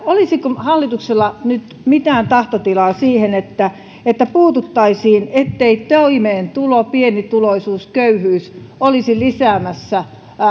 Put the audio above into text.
olisiko hallituksella nyt mitään tahtotilaa siihen että että puututtaisiin ettei toimeentulo pienituloisuus köyhyys olisi lisäämässä